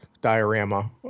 diorama